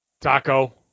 taco